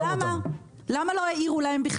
למה לא העירו להם?